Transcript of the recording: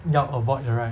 要 avoid 的 right